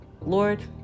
Lord